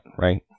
right